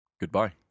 Goodbye